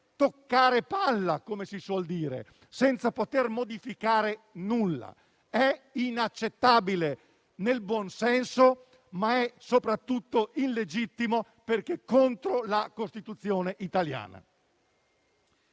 toccare palla, come si suol dire, senza poter modificare alcunché. È inaccettabile secondo buonsenso, ma soprattutto illegittimo perché contro la Costituzione italiana.